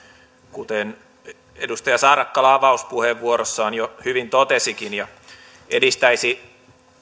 kuten edustaja saarakkala avauspuheenvuorossaan jo hyvin totesikin ja edistäisi